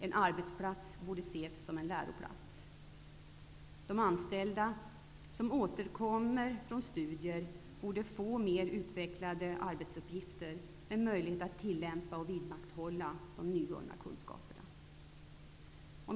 En arbetsplats borde ses som en läroplats. De anställda som återkommer från studier borde få mer utvecklande arbetsuppgifter med möjlighet att tillämpa och vidmakthålla de nyvunna kunskaperna.